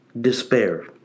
Despair